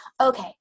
okay